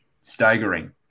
staggering